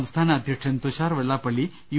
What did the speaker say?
സംസ്ഥാന അധ്യക്ഷൻ തുഷാർ വെള്ളാപ്പള്ളി യു